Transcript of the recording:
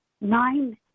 nine